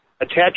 attach